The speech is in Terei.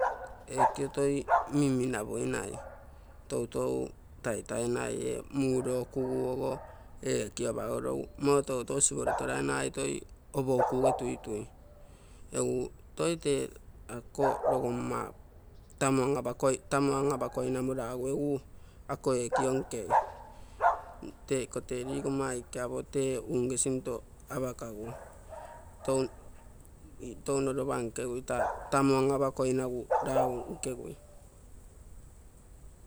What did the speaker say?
Ekio toi min-mina-poinai, toutou taitainai ee muuro kugu ogo ekio apagorogu moo toutou siporotorai agai toi opou kkuga tuitui. Egu toi tee ako logomma tamuang-apakoinomo lagu ako ekio nkei. Iko tee ligomma aike apo tee unge sinto apakaguoi, touno lopa mkegui tee tamu an-apakamo lagu nkegui.